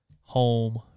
home